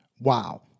Wow